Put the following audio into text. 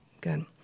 Good